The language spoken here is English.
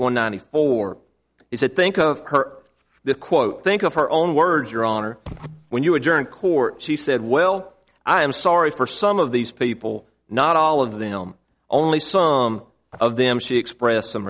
one ninety four he said think of her the quote think of her own words your honor when you were german court she said well i'm sorry for some of these people not all of them only some of them she expressed some